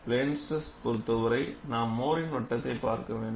plane stress பொறுத்தவரை நாம் மோஹரின் Mohrs வட்டத்தைப் பார்க்க வேண்டும்